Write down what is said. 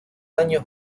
años